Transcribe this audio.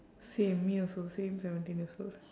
same me also same seventeen years old